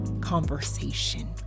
conversation